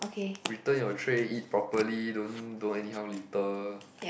return your tray eat properly don't don't anyhow litter